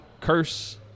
curse